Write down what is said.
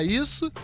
isso